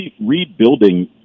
Rebuilding